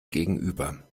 gegenüber